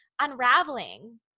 unraveling